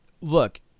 Look